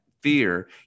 fear